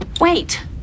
Wait